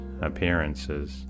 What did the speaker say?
appearances